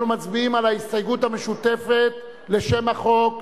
אנחנו מצביעים על ההסתייגות המשותפת לשם החוק.